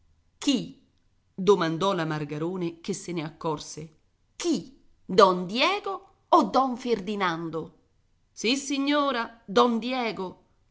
chi domandò la margarone che se ne accorse chi don diego o don ferdinando sissignora don diego